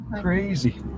Crazy